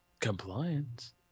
compliance